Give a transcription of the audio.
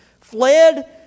fled